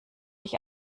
ich